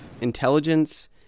Intelligence